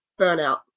burnout